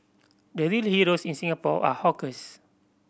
the real heroes in Singapore are hawkers